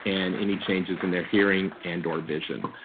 and any changes in their hearing and or vision.